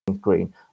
green